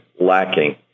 lacking